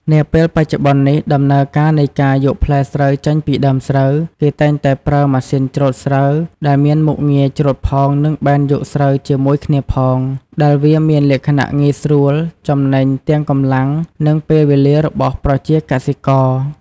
នាពេលបច្ចុប្បន្ននេះ ដំណើរការនៃការយកផ្លែស្រូវចេញពីដើមស្រូវ គេតែងតែប្រើប្រម៉ាស៊ីនច្រូតស្រូវដែលមានមុខងារច្រូតផងនិងបែនយកស្រូវជាមួយគ្នាផង ដែលវាមានលក្ខណៈងាយស្រួលចំណេញទាំងកម្លាំងនិងពេលវេលារបស់ប្រជាកសិករ។